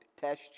test